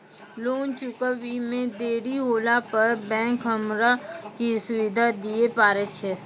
Loan चुकब इ मे देरी होला पर बैंक हमरा की सुविधा दिये पारे छै?